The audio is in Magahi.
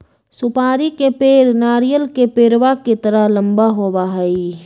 सुपारी के पेड़ नारियल के पेड़वा के तरह लंबा होबा हई